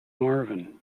marvin